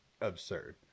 absurd